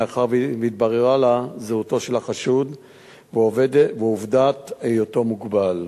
מאחר שהתבררה לה זהותו של החשוד ועובדת היותו מוגבל.